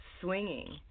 swinging